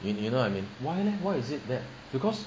you know what I mean because